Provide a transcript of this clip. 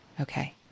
Okay